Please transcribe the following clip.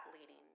leading